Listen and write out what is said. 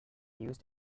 used